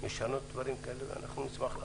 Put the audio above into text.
לשנות דברים אנחנו נשמח לעשות.